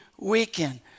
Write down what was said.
weekend